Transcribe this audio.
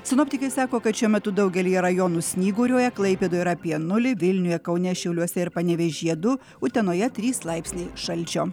sinoptikai sako kad šiuo metu daugelyje rajonų snyguriuoja klaipėdoje yra apie nulį vilniuje kaune šiauliuose ir panevėžyje du utenoje trys laipsniai šalčio